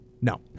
No